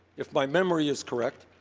if my memory is correct,